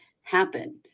happen